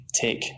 take